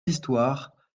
l’histoire